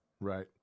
right